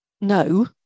No